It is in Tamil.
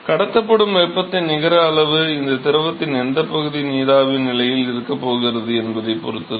கடத்தப்படும் வெப்பத்தின் நிகர அளவு இந்த திரவத்தின் எந்தப் பகுதி நீராவி நிலையில் இருக்கப் போகிறது என்பதைப் பொறுத்தது